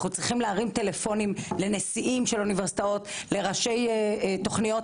אנחנו צריכים להרים טלפונים לנשיאים של אוניברסיטאות ולראשי תוכניות,